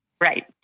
Right